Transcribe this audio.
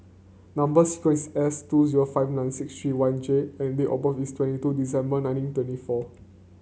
number sequence is S two zero five nine six three one J and date of birth is twenty two December nineteen twenty four